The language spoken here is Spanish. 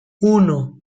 uno